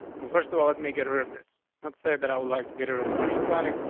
well, first of all. let me get rid of this. let's say that i would like to get it with margin padding.